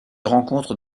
rencontre